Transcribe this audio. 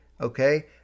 Okay